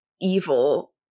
evil